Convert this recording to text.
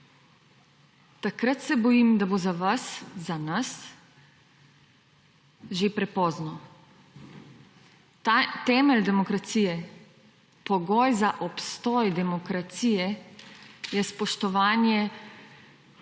takrat se bojim, da bo za vas, za nas že prepozno. Ta temelj demokracije, pogoj za obstoj demokracije, je spoštovanje